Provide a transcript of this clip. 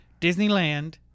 Disneyland